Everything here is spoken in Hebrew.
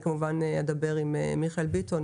אני כמובן אדבר עם מיכאל ביטון,